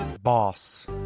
boss